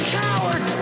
coward